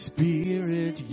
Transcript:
Spirit